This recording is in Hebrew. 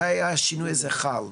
מתי השינוי הזה חל?